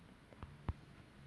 ya but